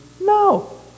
No